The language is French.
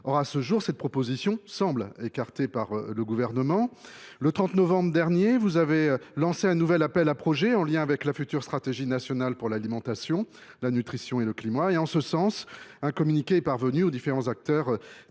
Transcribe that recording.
Or, à ce jour, cette proposition semble écartée par le Gouvernement. Le 30 novembre dernier, vous avez lancé un nouvel appel à projets en lien avec la future stratégie nationale pour l’alimentation, la nutrition et le climat. En ce sens, vous avez fait parvenir un communiqué aux différents acteurs